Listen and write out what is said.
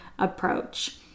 approach